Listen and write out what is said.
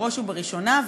בראש ובראשונה,